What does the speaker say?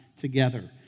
together